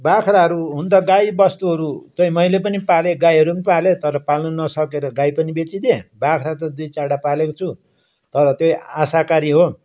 बाख्राहरू हुनु त गाई वस्तुहरू चाहिँ मैले पनि पालेँ गाईहरू पनि पालेँ तर पाल्नु नसकेर गाई पनि बेचिदिएँ बाख्रा त दुई चारवटा पालेको छु तर त्यो आशाकारी हो